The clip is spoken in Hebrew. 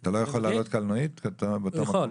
אתה לא יכול להעלות קלנועית באותו מקום?